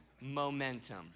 momentum